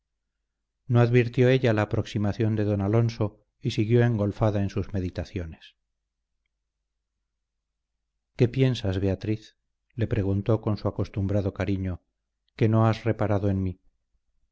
no advirtió ella la aproximación de don alonso y siguió engolfada en sus meditaciones qué piensas beatriz le preguntó con su acostumbrado cariño que no has reparado en mí